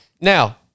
Now